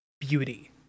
beauty